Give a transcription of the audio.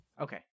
Okay